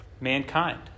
mankind